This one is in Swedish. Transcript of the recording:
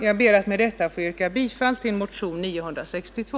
Jag ber att med detta få yrka bifall till motionen 962.